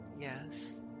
Yes